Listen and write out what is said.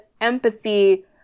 empathy